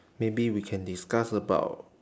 maybe we can discuss about